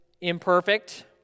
imperfect